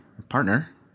partner